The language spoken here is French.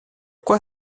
quoi